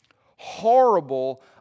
Horrible